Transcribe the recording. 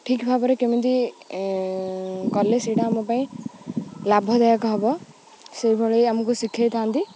ଠିକ୍ ଭାବରେ କେମିତି କଲେ ସେଇଟା ଆମ ପାଇଁ ଲାଭଦାୟକ ହେବ ସେଇଭଳି ଆମକୁ ଶିଖାଇଥାନ୍ତି